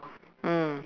mm